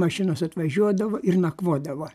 mašinos atvažiuodavo ir nakvodavo